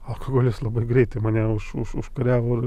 alkoholis labai greitai mane už už užkariavo